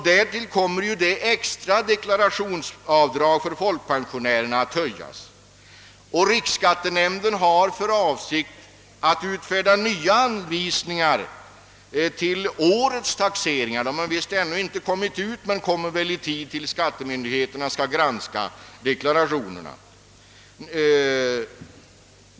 Därtill kommer det extra deklarationsavdraget för folkpensionärerna att höjas. Riksskattenämnden har för avsikt att utfärda nya anvisningar till årets taxering — de har ännu inte utkommit, men torde göra det i tid till skattemyndigheternas granskning av deklarationerna.